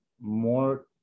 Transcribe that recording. more